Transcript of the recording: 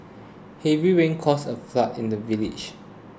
heavy rains caused a flood in the village